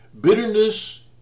Bitterness